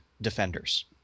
Defenders